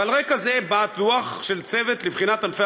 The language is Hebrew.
ועל רקע זה בא דוח של צוות לבחינת ענפי